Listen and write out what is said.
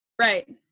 Right